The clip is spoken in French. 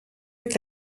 avec